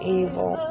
evil